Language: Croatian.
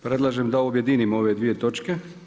Predlažem da objedinimo ove dvije točke.